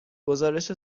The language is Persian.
گزارش